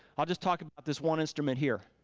i'll just talk about this one instrument here.